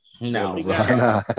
No